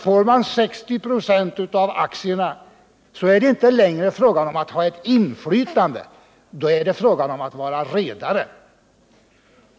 Får man 60 96 av aktierna är det inte längre fråga om att ha ett inflytande, då är det fråga om att vara redare.